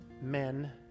men